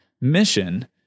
mission